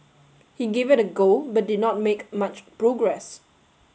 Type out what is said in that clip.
he gave it a go but did not make much progress